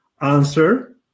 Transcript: answer